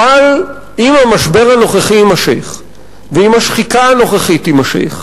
אבל אם המשבר הנוכחי יימשך ואם השחיקה הנוכחית תימשך,